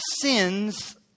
sins